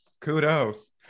kudos